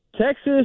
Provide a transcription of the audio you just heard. Texas